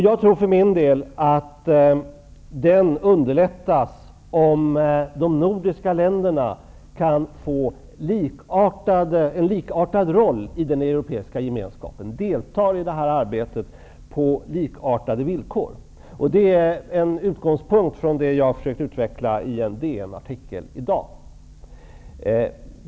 Jag tror för min del att den underlättas om de nordiska länderna kan få en likartad roll i den europeiska gemenskapen och deltar i detta arbete på likartade villkor. Det är utgångspunkten för det jag har försökt utveckla i en DN-artikel i dag.